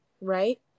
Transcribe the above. right